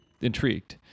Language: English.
intrigued